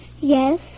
Yes